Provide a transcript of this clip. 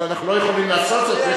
אבל אנחנו לא יכולים לעשות זאת.